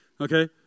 Okay